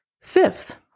Fifth